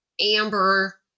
Amber